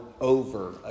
over